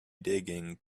digging